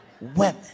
women